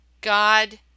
God